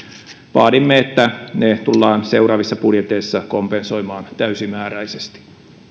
vaadimme että ne tullaan seuraavissa budjeteissa kompensoimaan täysimääräisesti